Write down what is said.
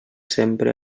sempre